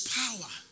power